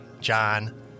John